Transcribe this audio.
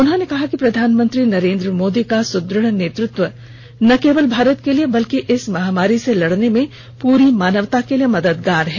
उन्होंने कहा था कि प्रधानमंत्री नरेंद्र मोदी को सुदृढ़ नेतृत्व न केवल भारत के लिए बल्कि इस महामारी से लड़ने में पूरी मानवता के लिए मददगार है